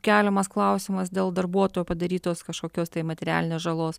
keliamas klausimas dėl darbuotojo padarytos kažkokios tai materialinės žalos